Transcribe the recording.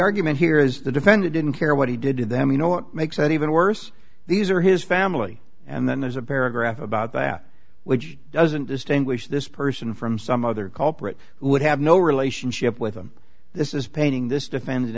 argument here is the defendant didn't care what he did to them you know what makes it even worse these are his family and then there's a paragraph about that which doesn't distinguish this person from some other culprit who would have no relationship with them this is painting this defend